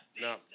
no